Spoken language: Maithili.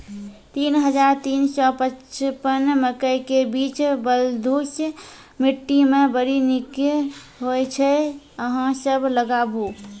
तीन हज़ार तीन सौ पचपन मकई के बीज बलधुस मिट्टी मे बड़ी निक होई छै अहाँ सब लगाबु?